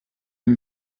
ihn